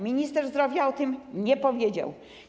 Minister zdrowia o tym nie powiedział.